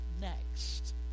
next